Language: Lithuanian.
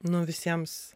nu visiems